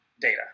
data